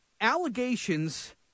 allegations